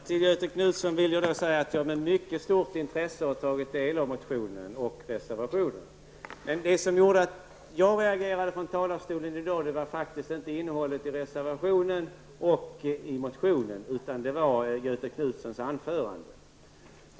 Herr talman! Jag har, Göthe Knutson, med mycket stort intresse tagit del av motionen och reservationen. Det som gjorde att jag reagerade från talarstolen i dag var faktiskt inte innehållet i reservationen och motionen, utan det var Göthe Knutsons anförande.